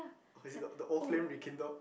or is it the the old flame rekindled